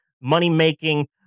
money-making